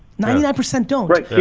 ninety nine percent don't. right,